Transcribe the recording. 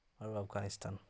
আৰু আফগানিস্তান